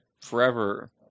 forever